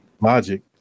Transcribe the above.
Logic